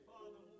Father